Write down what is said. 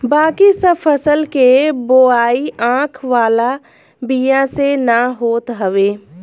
बाकी सब फसल के बोआई आँख वाला बिया से ना होत हवे